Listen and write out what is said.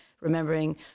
remembering